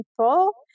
people